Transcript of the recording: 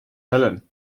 helene